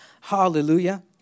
Hallelujah